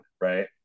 right